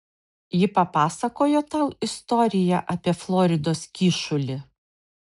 ji papasakojo tau istoriją apie floridos kyšulį